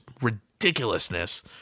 ridiculousness